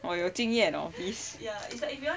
我有经验 hor